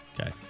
Okay